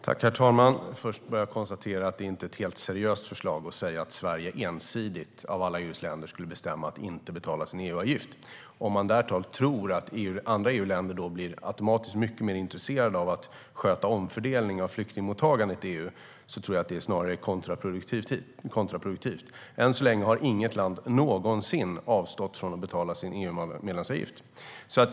Herr talman! Först vill jag bara konstatera att det inte är ett helt seriöst förslag att Sverige av alla EU:s länder ensidigt skulle bestämma att inte betala sin EU-avgift. Om man därutav tror att andra EU-länder automatiskt blir mycket mer intresserade av att sköta omfördelning av flyktingmottagandet i EU tror jag att det snarare är kontraproduktivt. Än så länge har inget land någonsin avstått från att betala sin EU-medlemsavgift.